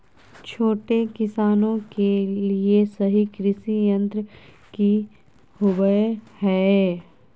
छोटे किसानों के लिए सही कृषि यंत्र कि होवय हैय?